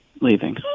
leaving